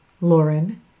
lauren